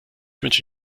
wünsche